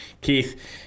Keith